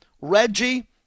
Reggie